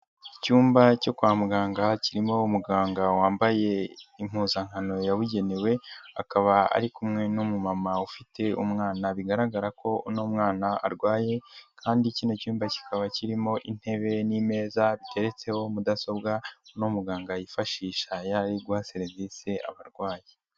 Icyumba cyo kwa muganga kirimo umuganga wambaye impuzankano yabugenewe, akaba ari kumwe n'umumama ufite umwana bigaragara ko uno mwana arwaye, kandi kino cyumba kikaba kirimo intebe n'ameza biteretseho mudasobwa uno muganga yifashisha iyo ari guha serivise abarwayi.